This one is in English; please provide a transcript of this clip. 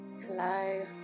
Hello